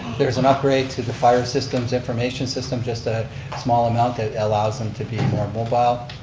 there's an upgrade to the fire systems information system, just a small amount that allows them to be more mobile.